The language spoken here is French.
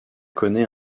connaît